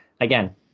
again